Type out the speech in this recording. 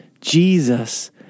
Jesus